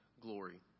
glory